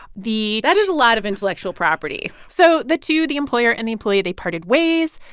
the. that is a lot of intellectual property so the two the employer and the employee they parted ways.